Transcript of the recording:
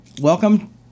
welcome